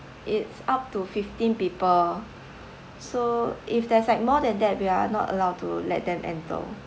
it's up to fifteen people so if there's like more than that we are not allowed to let them enter